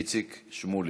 איציק שמולי.